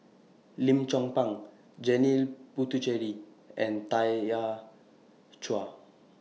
Lim Chong Pang Janil Puthucheary and Tanya Chua